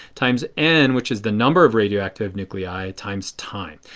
times n which is the number of radioactive nuclei times time.